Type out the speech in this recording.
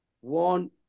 One